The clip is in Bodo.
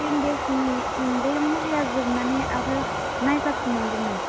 टेन देसनि बे मुलिया जोबनानै आरो नायजाफिननांगोन नामा